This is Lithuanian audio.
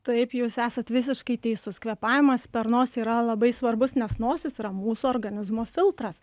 taip jūs esat visiškai teisus kvėpavimas per nosį yra labai svarbus nes nosis yra mūsų organizmo filtras